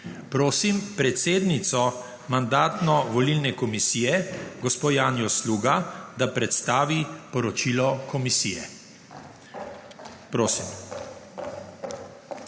Prosim predsednico Mandatno-volilne komisije gospo Janjo Sluga, da predstavi poročilo Komisije. Prosim.